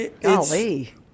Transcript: golly